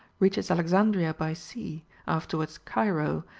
reaches alexandria by sea, afterwards cairo,